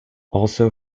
also